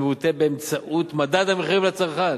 המבוטא באמצעות מדד המחירים לצרכן.